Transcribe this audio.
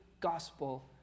gospel